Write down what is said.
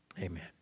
Amen